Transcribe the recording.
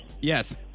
Yes